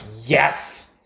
yes